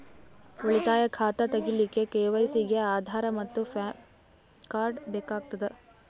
ಉಳಿತಾಯ ಖಾತಾ ತಗಿಲಿಕ್ಕ ಕೆ.ವೈ.ಸಿ ಗೆ ಆಧಾರ್ ಮತ್ತು ಪ್ಯಾನ್ ಕಾರ್ಡ್ ಬೇಕಾಗತದ